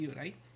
right